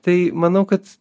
tai manau kad